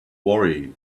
worry